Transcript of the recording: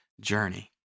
journey